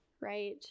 right